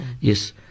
Yes